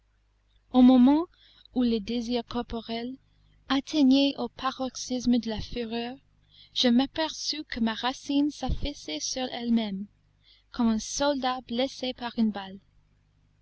au moment où les désirs corporels atteignaient au paroxysme de la fureur je m'aperçus que ma racine s'affaissait sur elle-même comme un soldat blessé par une balle